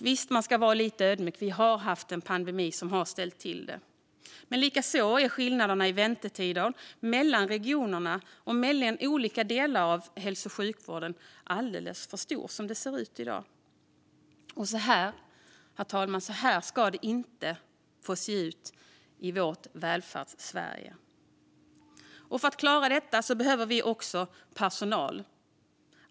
Visst, man ska vara lite ödmjuk, vi har haft en pandemi som har ställt till det. Men likaså är skillnaderna i väntetider mellan regionerna och mellan olika delar av hälso och sjukvården alldeles för stora i dag. Så här ska det inte få se ut i vårt Välfärdssverige. För att klara detta behöver vi också personal.